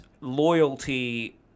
loyalty